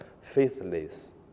faithless